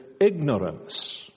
ignorance